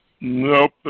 Nope